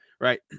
right